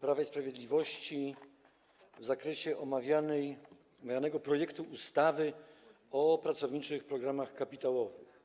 Prawo i Sprawiedliwość w zakresie omawianego projektu ustawy o pracowniczych planach kapitałowych.